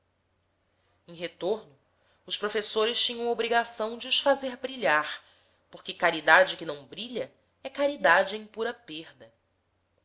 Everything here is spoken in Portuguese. em retorno os professores tinham obrigação de os fazer brilhar porque caridade que não brilha é caridade em pura perda